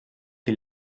qui